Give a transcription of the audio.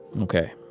Okay